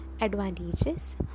Advantages